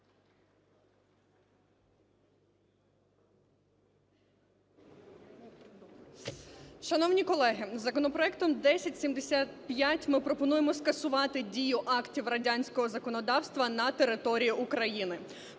Шановні колеги, законопроектом 1075 ми пропонуємо скасувати дію актів радянського законодавства на території України.